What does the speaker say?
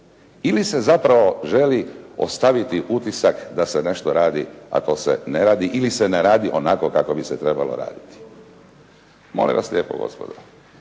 ili se zapravo želi ostaviti utisak da se nešto radi, a to se ne radi, ili se ne radi onako kako bi se trebalo raditi. Molim vas lijepo gospodo